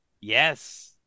Yes